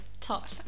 talk